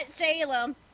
Salem